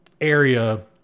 area